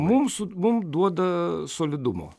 mums mum duoda solidumo